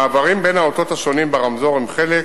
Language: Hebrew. המעברים בין האותות השונים ברמזור הם חלק